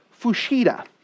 Fushida